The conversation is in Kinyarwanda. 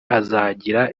azagira